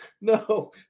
no